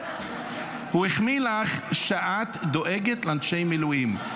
הוא החמיא לך שאת דואגת לאנשי המילואים,